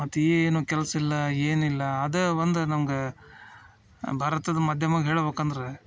ಮತ್ತು ಏನು ಕೆಲ್ಸ ಇಲ್ಲ ಏನಿಲ್ಲ ಅದೇ ಒಂದು ನಮ್ಗೆ ಭಾರತದ ಮಾಧ್ಯಮ ಹೇಳ್ಬೇಕಂದ್ರೆ